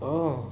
oh